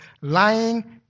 lying